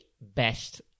best